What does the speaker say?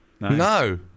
No